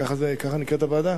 כך נקראת הוועדה?